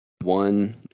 one